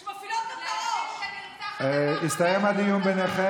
זו ההערה הכי חשובה, אם תישארי בחיים.